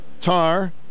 Tar